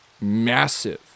massive